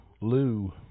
Lou